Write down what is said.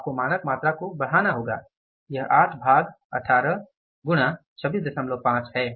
आपको मानक मात्रा को बढ़ाना होगा यह 8 भाग 18 गुणा 265 है